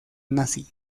nazi